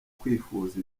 kwifuza